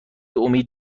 امید